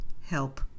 help